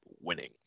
winning